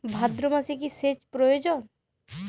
ভাদ্রমাসে কি সেচ প্রয়োজন?